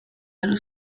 dallo